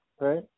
right